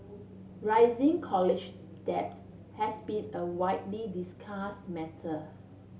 rising college debt has been a widely discuss matter